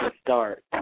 start